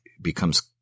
becomes